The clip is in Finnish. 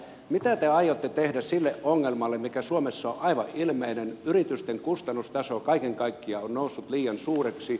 mitä te aiotte tehdä sille ongelmalle mikä suomessa on aivan ilmeinen että yritysten kustannustaso kaiken kaikkiaan on noussut liian suureksi